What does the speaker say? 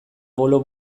bolo